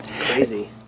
crazy